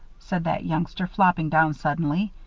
said that youngster, flopping down, suddenly.